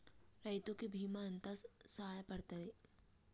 రైతు కి బీమా ఎంత సాయపడ్తది?